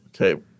Okay